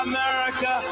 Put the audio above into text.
America